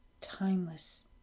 timeless